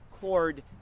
cord